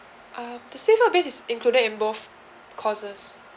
um the seafood based is included in both courses